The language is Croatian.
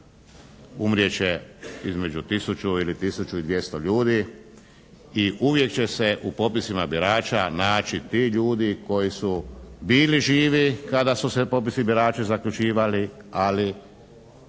umrijet će između tisuću ili tisuću i 200 ljudi i uvijek će se u popisima birača naći ti ljudi koji su bili živi kada su se popisi birača zaključivali, ali